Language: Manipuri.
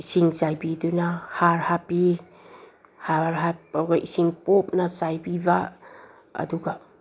ꯏꯁꯤꯡ ꯆꯥꯏꯕꯤꯗꯨꯅ ꯍꯥꯔ ꯍꯥꯞꯄꯤ ꯍꯥꯔ ꯍꯥꯞꯄꯒ ꯏꯁꯤꯡ ꯄꯣꯞꯅ ꯆꯥꯏꯕꯤꯕ ꯑꯗꯨꯒ